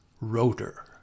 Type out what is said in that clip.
Rotor